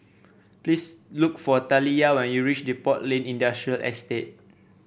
please look for Taliyah when you reach Depot Lane Industrial Estate